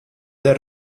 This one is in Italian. del